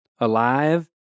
Alive